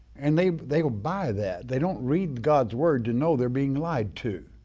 and they they buy that. they don't read god's word to know they're being lied to.